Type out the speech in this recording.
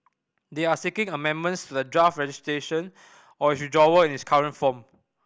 they are seeking amendments to the draft legislation or withdrawal in its current form